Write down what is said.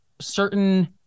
certain